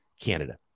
canada